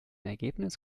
ergebnis